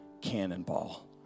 cannonball